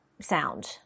sound